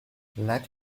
let